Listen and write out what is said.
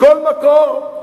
מכל מקור,